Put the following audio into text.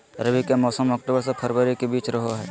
रबी के मौसम अक्टूबर से फरवरी के बीच रहो हइ